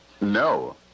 No